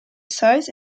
size